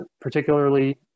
particularly